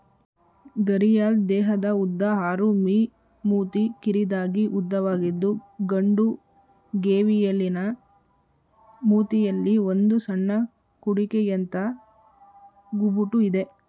ಘರಿಯಾಲ್ ದೇಹದ ಉದ್ದ ಆರು ಮೀ ಮೂತಿ ಕಿರಿದಾಗಿ ಉದ್ದವಾಗಿದ್ದು ಗಂಡು ಗೇವಿಯಲಿನ ಮೂತಿಯಲ್ಲಿ ಒಂದು ಸಣ್ಣ ಕುಡಿಕೆಯಂಥ ಗುಬುಟು ಇದೆ